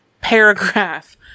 paragraph